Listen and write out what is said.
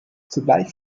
zugleich